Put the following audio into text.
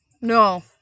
No